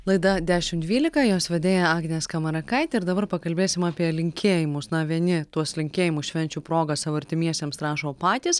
laida dešim dvylika jos vedėja agnė skamarakaitė ir dabar pakalbėsim apie linkėjimus na vieni tuos linkėjimus švenčių proga savo artimiesiems rašo patys